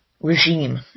regime